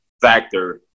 factor